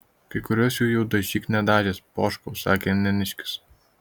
kai kuriuos jų jau dažyk nedažęs poškau sakė neniškis